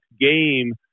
game